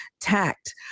tact